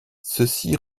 ceci